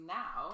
now